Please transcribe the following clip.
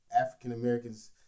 African-Americans